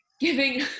giving